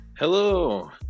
Hello